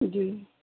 جی